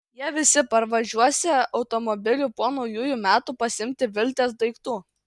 jie visi parvažiuosią automobiliu po naujųjų metų pasiimti viltės daiktų